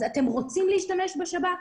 אם אתם בכל זאת רוצים להשתמש בשב"כ,